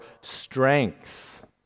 strength